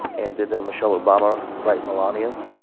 and did michelle obama write melania's?